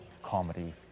Comedy